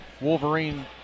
wolverine